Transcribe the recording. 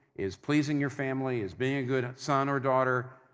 is pleasing your family, as being a good son or daughter,